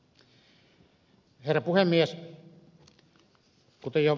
herra puhemies